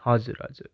हजुर हजुर